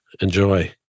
Enjoy